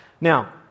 now